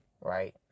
right